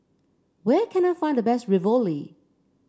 where can I find the best Ravioli